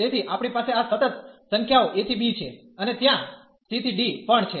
તેથી આપણી પાસે આ સતત સંખ્યાઓ a ¿b છે અને ત્યાં c ¿d પણ છે